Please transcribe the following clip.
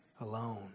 alone